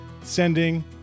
sending